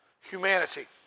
humanity